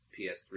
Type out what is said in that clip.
PS3